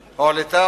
הועלתה,